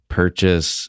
purchase